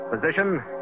Position